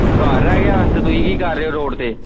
ਘਰ ਰਹਿ ਗਿਆ ਤਾਂ ਤੁਸੀਂ ਕੀ ਕਰ ਰਹੇ ਹੋ ਰੋਡ 'ਤੇ